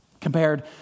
compared